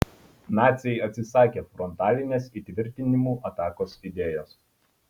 naciai atsisakė frontalinės įtvirtinimų atakos idėjos